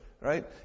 right